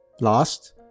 Last